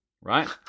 right